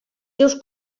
seus